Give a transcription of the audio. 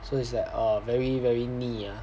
so it's like err very very 腻 ah